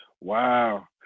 Wow